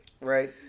Right